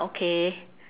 okay